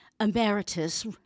Emeritus